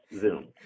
Zoom